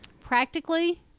practically